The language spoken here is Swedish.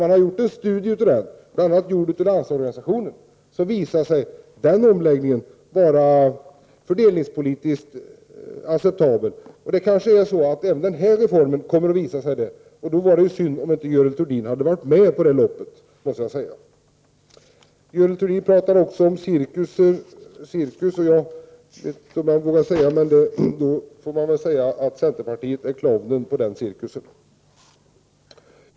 Bl.a. inom LO har man studerat dessa saker. Man har kommit fram till att omläggningen var fördelningspolitiskt acceptabel. Kanske kommer man fram till en sådan uppfattning också när det gäller den här reformen. Då skulle det vara synd om Görel Thurdin så att säga inte varit med på det loppet. Vidare talar Görel Thurdin om att det har varit cirkus kring skatterna. Men om vi skall tala om cirkus tycker jag att clownen i den cirkusen är centerpartiet.